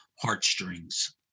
heartstrings